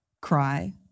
cry